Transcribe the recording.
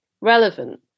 relevant